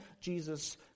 Jesus